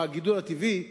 לא לתת לגידול הטבעי להתפתח,